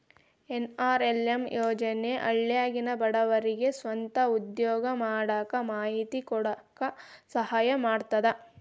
NRLM ಯೋಜನೆ ಹಳ್ಳ್ಯಾಗಿನ ಬಡವರಿಗೆ ಸ್ವಂತ ಉದ್ಯೋಗಾ ಮಾಡಾಕ ಮಾಹಿತಿ ಕೊಡಾಕ ಸಹಾಯಾ ಮಾಡ್ತದ